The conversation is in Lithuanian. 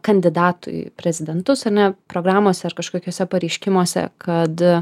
kandidatui į prezidentus ane programose ar kažkokiuose pareiškimuose kad